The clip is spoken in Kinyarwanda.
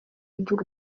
ry’u